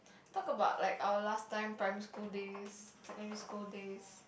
talk about our last time primary school days secondary school days